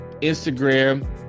Instagram